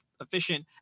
efficient